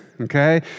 okay